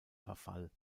verfall